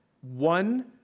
One